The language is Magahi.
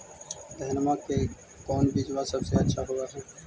धनमा के कौन बिजबा सबसे अच्छा होव है?